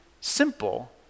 simple